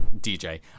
dj